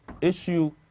issue